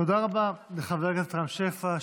תודה רבה לחבר הכנסת רם שפע,